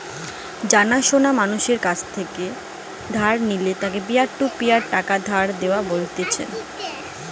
জানা শোনা মানুষের কাছ নু ধার নিলে তাকে পিয়ার টু পিয়ার টাকা ধার দেওয়া বলতিছে